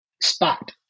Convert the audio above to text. spot